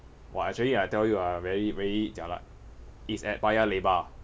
!wah! actually ah I tell you ah very very jialat it's at paya lebar